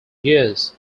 years